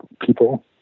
people